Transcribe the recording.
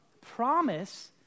promise